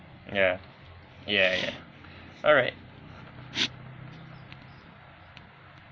ya ya ya alright